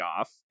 off